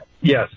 Yes